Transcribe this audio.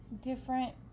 different